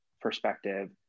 perspective